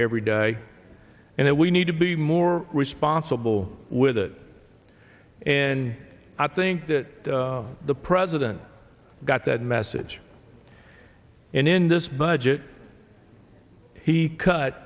every day and it we need to be more responsible with it and i think that the president got that message in in this budget he cut